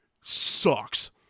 sucks